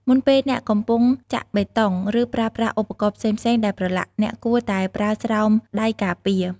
មុនពេលអ្នកកំពុងចាក់បេតុង ឬប្រើប្រាស់ឧបករណ៍ផ្សេងៗដែលប្រឡាក់ អ្នកគួរតែប្រើស្រោមដៃការពារ។